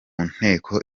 nteko